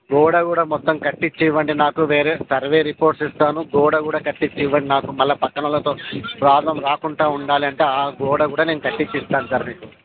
గోడ కూడా మొత్తం కట్టించి ఇవ్వండి నాకు వేరే సర్వే రిపోర్ట్స్ ఇస్తాను గోడ కూడా కట్టించి ఇవ్వండి నాకు మ ళ్ళా పక్కనోళ్ళతో ప్రాబ్లం రాకుండా ఉండలాంటే ఆ గోడ కూడా నేను కట్టించి ఇస్తాను సార్ మీకు